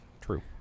True